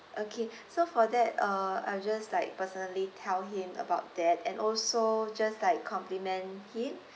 okay so for that uh I will just like personally tell him about that and also just like compliment him